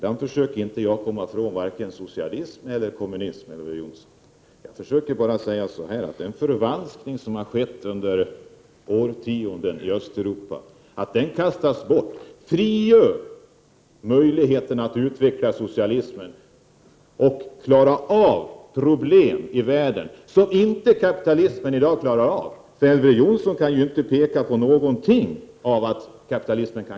Jag försöker inte komma ifrån vare sig socialism eller kommunism. Jag försöker bara säga, att när den förvanskning som har skett under årtionden i Östeuropa nu kastas bort frigörs möjligheter att utveckla socialismen och klara de problem i världen som kapitalismen i dag inte klarar. Elver Jonsson kan inte peka på några problem som kapitalismen klarar.